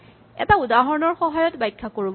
এটা উদাহৰণৰ সহায়ত ব্যাখ্যা কৰো ব'লা